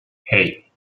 hey